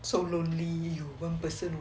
so lonely one person